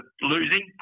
losing